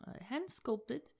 hand-sculpted